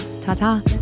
Ta-ta